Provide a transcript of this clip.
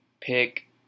pick